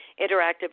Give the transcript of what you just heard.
interactive